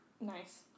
Nice